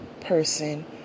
person